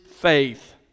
faith